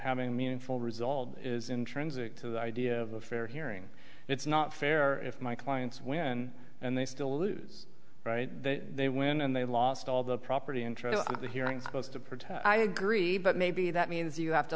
having meaningful result is intrinsic to the idea of a fair hearing it's not fair or if my clients win and they still lose right they win and they lost all the property interests the hearing supposed to pretend i agree but maybe that means you have to